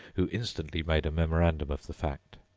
who instantly made a memorandum of the fact.